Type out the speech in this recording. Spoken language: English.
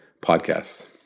podcasts